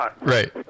right